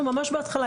אנחנו ממש בהתחלה.